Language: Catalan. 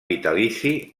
vitalici